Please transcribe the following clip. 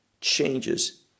changes